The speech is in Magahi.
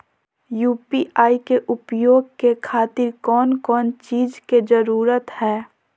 यू.पी.आई के उपयोग के खातिर कौन कौन चीज के जरूरत है?